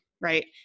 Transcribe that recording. right